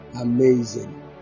amazing